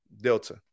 Delta